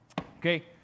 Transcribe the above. Okay